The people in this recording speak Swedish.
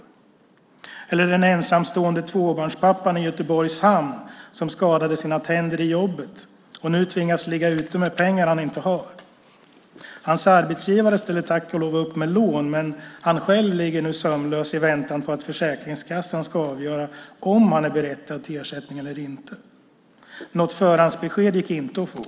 Det handlar om den ensamstående tvåbarnspappan i Göteborgs hamn som skadade sina tänder i jobbet och nu tvingas ligga ute med pengar han inte har. Hans arbetsgivare ställde tack och lov upp med lån, men han själv ligger nog sömnlös i väntan på att Försäkringskassan ska avgöra om han är berättigad till ersättning eller inte. Något förhandsbesked gick inte att få.